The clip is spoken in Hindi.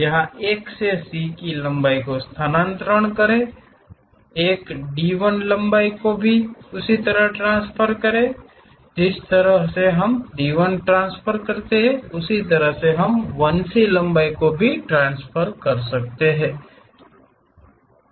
यहां 1 से C लंबाई को स्थानांतरण करे एक D1 लंबाई को भी उसी तरह ट्रांसफर करे जिस तरह से हम D1 ट्रांसफर करते हैं उसी तरह हम इसे 1C लंबाई में ट्रांसफर कर सकते हैं